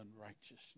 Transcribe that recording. unrighteousness